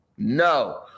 No